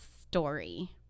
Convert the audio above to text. story